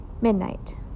midnight